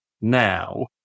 now